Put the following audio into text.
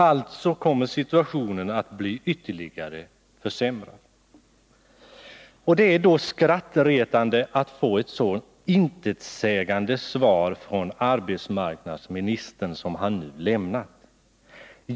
Alltså kommer situationen att bli ytterligare försämrad. Det är då skrattretande att få ett så intetsägande svar från arbetsmarknadsministern som det han nu har lämnat.